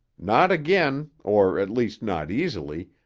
not again, or at least not easily,